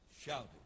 shouted